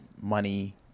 money